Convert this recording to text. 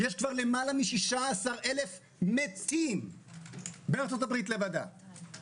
יש כבר מעל 16,000 מתים בארצות הברית לבדה,